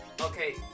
Okay